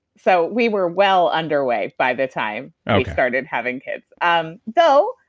so we were well underway by the time we started having kids. um though,